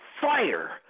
fire